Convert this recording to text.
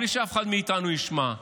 בלי שאף אחד מאיתנו ישמע,